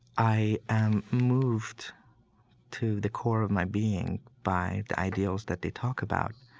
i am moved to the core of my being by the ideals that they talk about.